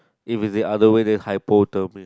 if it's the other way then hypothermia